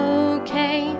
okay